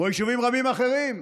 כמו יישובים רבים אחרים: